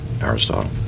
Aristotle